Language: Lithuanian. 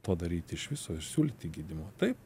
to daryti iš viso ir siūlyti gydymo taip